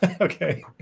okay